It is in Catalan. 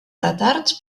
retards